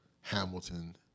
Hamilton